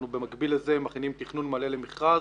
אנחנו במקביל לזה מכינים תכנון מלא למכרז